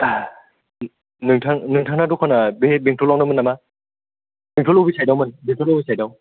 नोंथांना दखाना बे बेंथ'लावनोमोन नामा बेंथ'ल अबे साइदावमोन बेंथ'ल बबे साइदाव